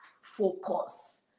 focus